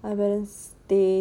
just they sleeping now